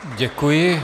Děkuji.